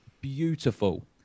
beautiful